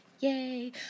Yay